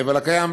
מעבר לקיים,